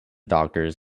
doctors